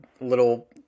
little